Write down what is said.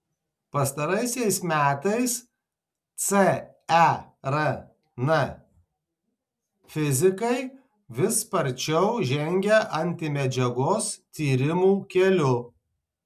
pastaraisiais metais cern fizikai vis sparčiau žengia antimedžiagos tyrimų keliu